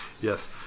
yes